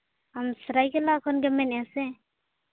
ᱟᱢ ᱥᱮᱨᱟᱭ ᱠᱮᱞᱞᱟ ᱠᱷᱚᱱ ᱮᱢ ᱢᱮᱱ ᱮᱫᱟ ᱥᱮ